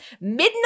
Midnight